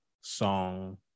song